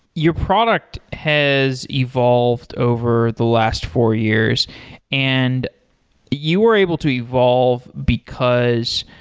your product has evolved over the last four years and you were able to evolve because